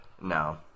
no